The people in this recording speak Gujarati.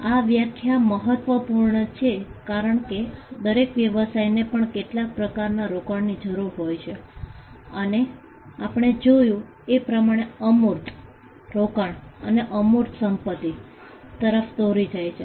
આ વ્યાખ્યા મહત્વપૂર્ણ છે કારણ કે દરેક વ્યવસાયને પણ કેટલાક પ્રકારનાં રોકાણોની જરૂર હોય છે અને આપણે જોયું એે પ્રમાણે અમૂર્ત રોકાણ અમૂર્ત સંપત્તિ તરફ દોરી જાય છે